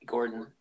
Gordon